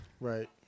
Right